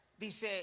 Dice